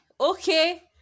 okay